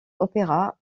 opéras